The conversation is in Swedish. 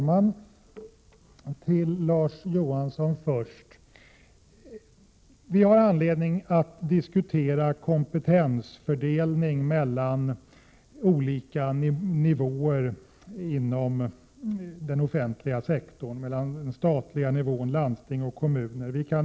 Fru talman! Vi har anledning att diskutera kompetensfördelningen mellan olika nivåer inom den offentliga sektorn, alltså fördelningen mellan stat, landsting och kommuner, Larz Johansson.